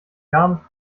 garmisch